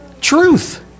Truth